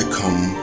come